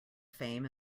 fame